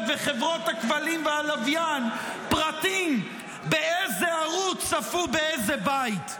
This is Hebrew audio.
וחברות הכבלים והלוויין פרטים באיזה ערוץ צפו באיזה בית?